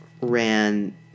ran